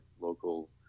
local